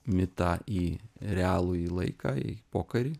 mitą į realųjį laiką į pokarį